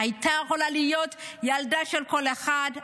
הייתה יכולה להיות ילדה של כל אחד,